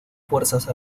fuerzas